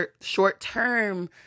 short-term